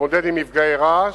להתמודד עם מפגעי רעש,